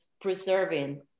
preserving